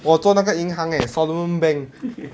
我做哪个银行 leh solomon bank